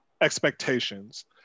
expectations